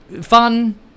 Fun